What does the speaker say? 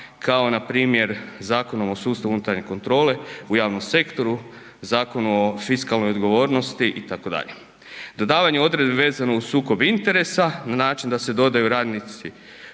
kao npr. Zakonom o sustavu unutarnje kontrole u javnom sektoru, Zakon o fiskalnoj odgovornosti itd. Dodavanje odredbe vezano uz sukob interesa na način da se dodaju radnici